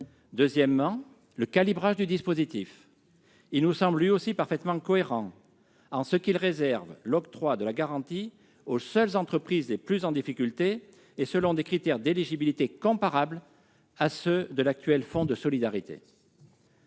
Deuxièmement, le calibrage du dispositif nous semble lui aussi parfaitement cohérent, en ce qu'il réserve l'octroi de la garantie aux seules entreprises les plus en difficulté et selon des critères d'éligibilité comparables à ceux de l'actuel fonds de solidarité.